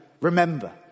remember